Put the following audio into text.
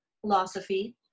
philosophy